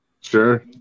sure